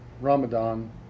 Ramadan